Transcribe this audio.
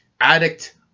addict